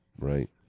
Right